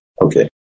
Okay